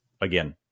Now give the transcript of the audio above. again